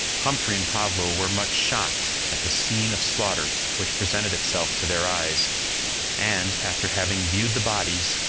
humphrey and pablo were much shocked at the scene of slaughter which presented itself to their eyes and, after having viewed the bodies,